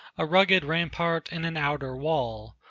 a rugged, rampart and an outer wall.